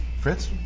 Fritz